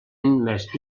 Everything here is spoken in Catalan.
més